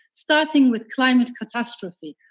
starting with climate catastrophe.